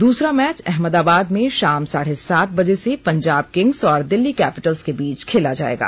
दूसरा मैच अहमदाबाद में शाम साढे सात बजे से पंजाब किंग्स और दिल्ली कैपिटल्स के बीच खेला जाएगा